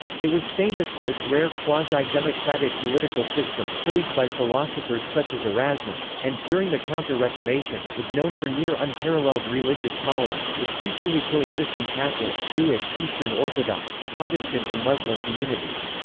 it was famous for its rare quasi-democratic political system, praised by philosophers such as erasmus and, during the counter-reformation, was known for near-unparalleled religious tolerance, with peacefully coexisting catholic, jewish, eastern orthodox, protestant and muslim communities.